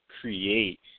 create